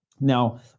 Now